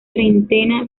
treintena